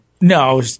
No